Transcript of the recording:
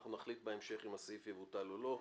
אנחנו נחליט בהמשך אם הסעיף יבוטל או לא.